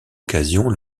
occasion